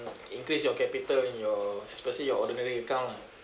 increase your capital in your especially your ordinary account lah